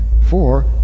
four